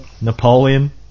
Napoleon